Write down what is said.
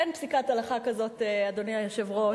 אין פסיקת הלכה כזאת, אדוני היושב-ראש.